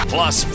Plus